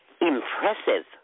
Impressive